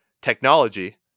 Technology